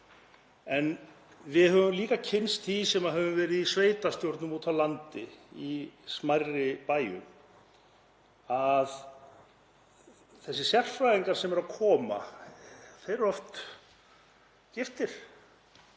Við höfum líka kynnst því sem höfum verið í sveitarstjórnum úti á landi í smærri bæjum að þessir sérfræðingar sem eru að koma eru oft giftir